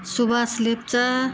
Suwas Lepcha